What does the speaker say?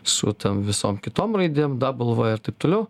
su tom visom kitom raidėm dablvė ir taip toliau